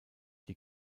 die